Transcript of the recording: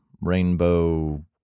rainbow